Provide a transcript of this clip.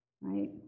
right